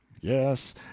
Yes